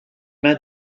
mains